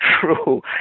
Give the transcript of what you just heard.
true